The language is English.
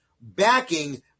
backing